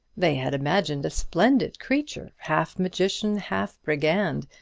they had imagined a splendid creature, half magician, half brigand,